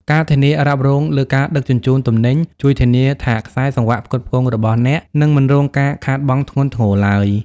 ការធានារ៉ាប់រងលើការដឹកជញ្ជូនទំនិញ ជួយធានាថាខ្សែសង្វាក់ផ្គត់ផ្គង់របស់អ្នកនឹងមិនរងការខាតបង់ធ្ងន់ធ្ងរឡើយ។